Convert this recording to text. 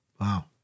Wow